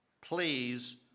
Please